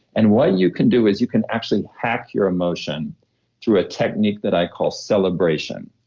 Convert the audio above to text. and what you can do is you can actually hack your emotion through a technique that i call celebration.